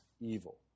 evil